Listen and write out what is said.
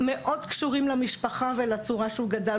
מאוד קשורים למשפחה ולצורה שהוא גדל,